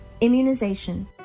immunization